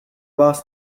vás